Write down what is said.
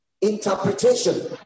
interpretation